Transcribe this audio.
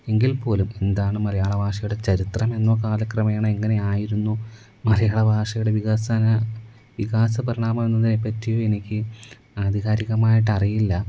എങ്കിൽ പോലും എന്താണ് മലയാള ഭാഷയുടെ ചരിത്രമെന്നു കാലക്രമേണ എങ്ങനെയായിരുന്നു മലയാള ഭാഷയുടെ വികസന വികാസപരിണാമം എന്നതിനെ പറ്റിയും എനിക്ക് ആധികാരികമായിട്ടറിയില്ല